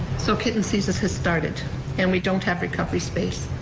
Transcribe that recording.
so kitten season has started and we don't have recovery space.